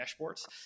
dashboards